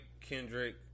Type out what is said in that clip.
Kendrick